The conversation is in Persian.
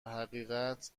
حقیقت